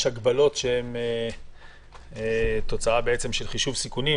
יש הגבלות שהן תוצאה של חישוב סיכונים.